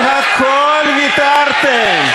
על הכול ויתרתם,